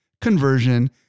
conversion